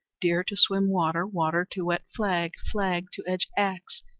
deer to swim water, water to wet flag, flag to edge axe,